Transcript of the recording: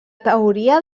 teoria